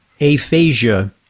Aphasia